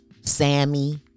Sammy